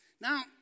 Now